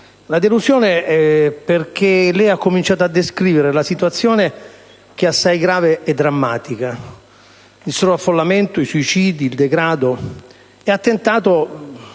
la delusione, perché lei ha cominciato a descrivere la situazione, che è assai grave e drammatica (il sovraffollamento, i suicidi, il degrado), e ha tentato